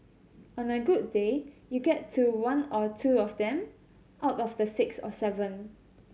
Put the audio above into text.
on a good day you get to one or two of them out of the six or seven